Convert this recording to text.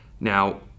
Now